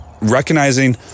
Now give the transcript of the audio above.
recognizing